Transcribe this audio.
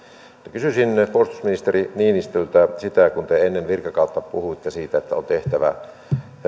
kysyisin puolustusministeri niinistöltä kun te ennen virkakautta puhuitte siitä että on tehtävä